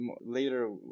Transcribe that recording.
later